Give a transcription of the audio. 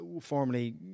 formerly